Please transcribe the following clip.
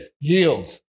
yields